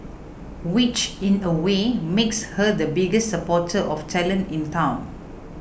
which in a way makes her the biggest supporter of talent in town